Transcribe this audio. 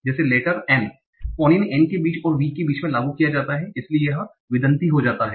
जैसे letter n फोनिन n के बीच और v के बीच में लागू किया जाता है इसलिए यह vindati हो जाता है